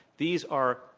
these are,